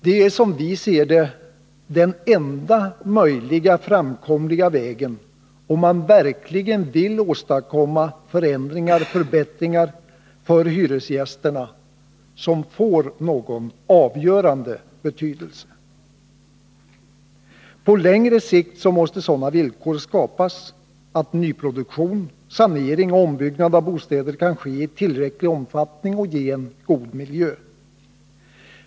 Det är, som vi ser det, den enda möjliga framkomliga vägen om man verkligen vill åstadkomma förändringar/förbättringar för hyresgästerna som får någon avgörande betydelse. På längre sikt måste sådana villkor skapas att nyproduktion, sanering och ombyggnad av bostäder kan ske i tillräcklig omfattning och ge en god miljö.